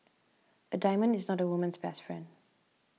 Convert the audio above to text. a diamond is not a woman's best friend